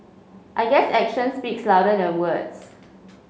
I guess action speaks louder than words